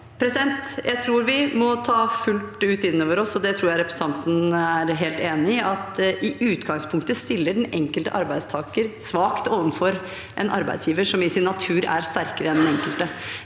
Jeg tror vi må ta fullt ut innover oss – og det tror jeg representanten er helt enig i – at i utgangspunktet stiller den enkelte arbeidstaker svakt overfor en arbeidsgiver som i sin natur er sterkere enn den enkelte.